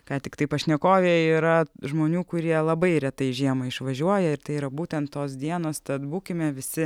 ką tiktai pašnekovė yra žmonių kurie labai retai žiemą išvažiuoja ir tai yra būtent tos dienos tad būkime visi